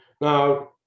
Now